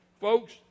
Folks